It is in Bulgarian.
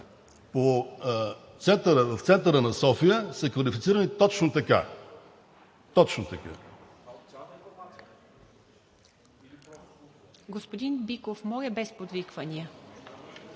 в центъра на София са квалифицирани точно така. Точно така!